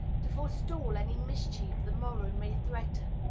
to forestall any mischief the morrow may threaten.